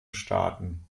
starten